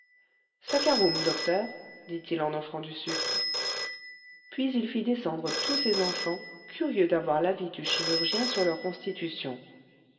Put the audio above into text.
saccharum docteur dit-il en offrant du sucre puis il fit descendre tous ses enfants curieux d'avoir l'avis du chirurgien sur leur constitution